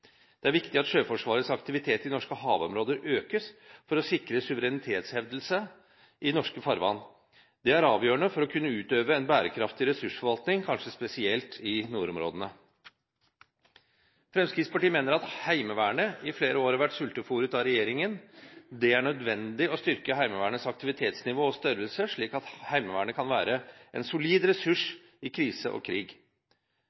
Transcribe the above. Det er viktig at Sjøforsvarets aktivitet i norske havområder økes for å sikre suverenitetshevdelse i norske farvann. Dette er avgjørende for å kunne utøve en bærekraftig ressursforvaltning, kanskje spesielt i nordområdene. Fremskrittspartiet mener at Heimevernet i flere år har vært sultefôret av regjeringen. Det er nødvendig å styrke Heimevernets aktivitetsnivå og størrelse, slik at Heimevernet kan være en solid